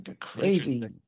crazy